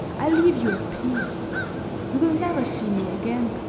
i leave you in peace you will never see me again.